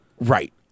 Right